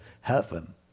heaven